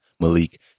Malik